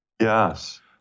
Yes